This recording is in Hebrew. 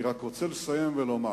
אני רוצה לסיים ולומר